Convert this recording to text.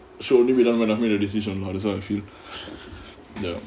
surely we have to make a decision lah that's how I feel ya